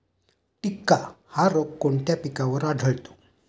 टिक्का हा रोग कोणत्या पिकावर आढळतो?